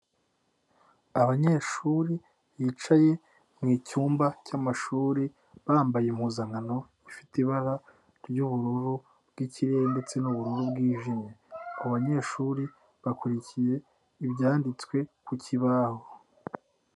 Abanyeshuri bicaye mu cyumba cy'amashuri bambaye impuzankano ifite ibara ry'ubururu bw'ikirere ndetse n'ubururu bwijimye. Abanyeshuri bakurikiye ibyanditswe ku kibaho.